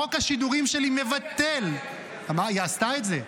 חוק השידורים שלי מבטל --- מתי היא עשתה את זה?